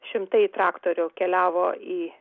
šimtai traktorių keliavo į